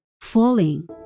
falling